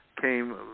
came